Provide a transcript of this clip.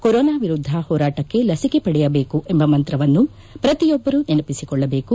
corona ವಿರುದ್ದ ಹೋರಾಟಕ್ಕೆ ಲಸಿಕೆ ಪಡೆಯಬೇಕು ಎಂಬ ಮಂತ್ರವನ್ನು ಪ್ರತಿಯೊಬ್ಬರು ನೆನಪಿಸಿಕೊಳ್ಳಬೇಕು